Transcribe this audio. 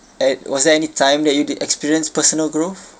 at was there any time that you did experience personal growth